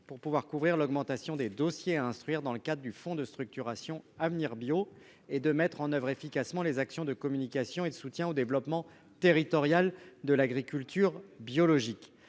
pour pouvoir couvrir l'augmentation des dossiers à instruire dans le cadre du fonds de structuration Avenir Bio et de mettre en oeuvre efficacement les actions de communication et de soutien au développement territorial de l'agriculture biologique,